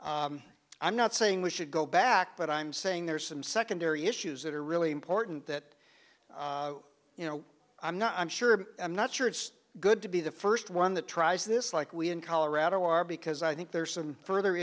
that i'm not saying we should go back but i'm saying there are some secondary issues that are really important that you know i'm not i'm sure i'm not sure it's good to be the first one that tries this like we in colorado are because i think there are some further